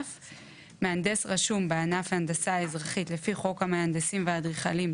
(5)מהנדס רשום בענף הנדסה אזרחית לפי חוק המהנדסים והאדריכלים,